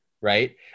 right